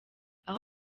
aho